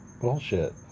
bullshit